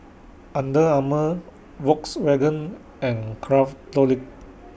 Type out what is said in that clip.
Under Armour Volkswagen and Craftholic